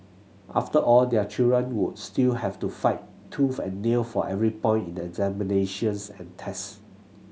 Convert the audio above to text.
after all their children would still have to fight tooth and nail for every point in examinations and test